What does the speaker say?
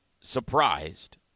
surprised